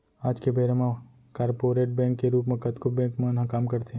आज के बेरा म कॉरपोरेट बैंक के रूप म कतको बेंक मन ह काम करथे